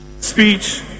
speech